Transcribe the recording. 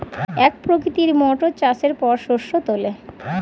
এক প্রকৃতির মোটর চাষের পর শস্য তোলে